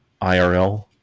irl